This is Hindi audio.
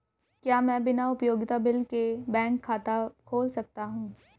क्या मैं बिना उपयोगिता बिल के बैंक खाता खोल सकता हूँ?